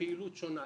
פעילות שונה.